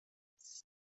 sia